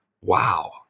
wow